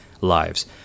lives